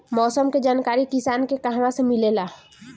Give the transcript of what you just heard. मौसम के जानकारी किसान के कहवा से मिलेला?